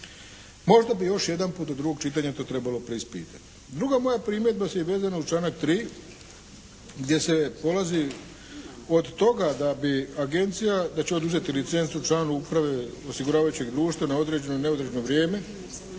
Možda bi još jedanput do drugo čitanja to trebalo preispitati. Druga moja primjedba je vezana uz članak 3., gdje se polazi od toga da bi agencija, da će oduzeti licencu članu uprave osiguravajućeg društva na određeno ili neodređeno vrijeme